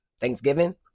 Thanksgiving